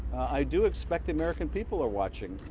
i do expect the american people are watching.